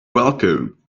welcome